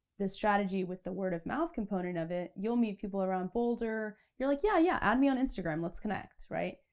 the strategy with the word of mouth component of it, you'll meet people around boulder. you're like, yeah, yeah, add me on instagram, let's connect, right?